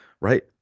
right